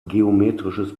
geometrisches